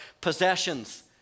possessions